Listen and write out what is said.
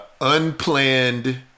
unplanned